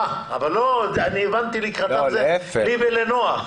אה, אני הבנתי ש"לקראתם" זה לי ולנעה.